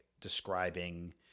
describing